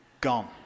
gone